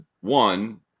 one